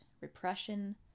repression